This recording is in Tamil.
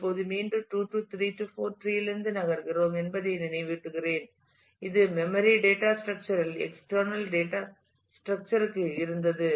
இப்போது மீண்டும் 2 3 4 டிரீலிருந்து நகர்கிறோம் என்பதை நினைவூட்டுகிறேன் இது மெம்மரி டேட்டா ஸ்ட்ரக்சர் இல் எக்ஸ்டர்னல் டேட்டா ஸ்ட்ரக்சர் க்கு இருந்தது